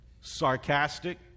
Sarcastic